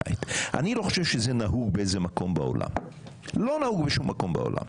כדי שהוא לא יישאר יום אחד בוואדי ערה,